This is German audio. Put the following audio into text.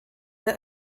der